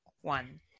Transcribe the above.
one